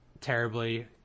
terribly